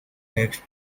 text